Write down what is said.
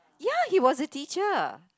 ya he was a teacher